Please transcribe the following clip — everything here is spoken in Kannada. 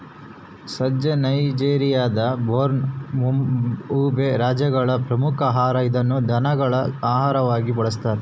ಸಜ್ಜೆ ನೈಜೆರಿಯಾದ ಬೋರ್ನೋ, ಯುಬೇ ರಾಜ್ಯಗಳ ಪ್ರಮುಖ ಆಹಾರ ಇದನ್ನು ದನಗಳ ಆಹಾರವಾಗಿಯೂ ಬಳಸ್ತಾರ